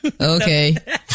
Okay